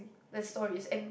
the story is end